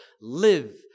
Live